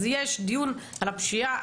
אז יש דיון על הפשיעה.